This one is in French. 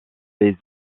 les